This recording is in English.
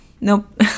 Nope